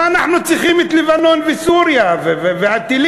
מה אנחנו צריכים את לבנון וסוריה והטילים?